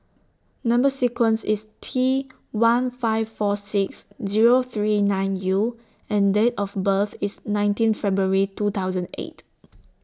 Number sequence IS T one five four six Zero three nine U and Date of birth IS nineteen February two thousand eight